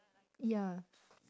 ya